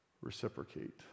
reciprocate